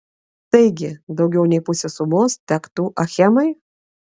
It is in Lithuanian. taigi daugiau nei pusė sumos tektų achemai